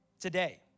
today